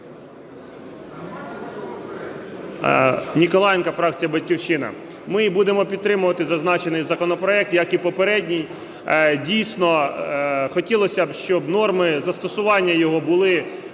Ніколаєнко, фракція "Батьківщина". Ми будемо підтримувати зазначений законопроект, як і попередній. Дійсно, хотілося б, щоб норми застосування його були